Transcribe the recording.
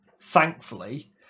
thankfully